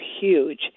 huge